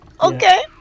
Okay